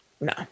no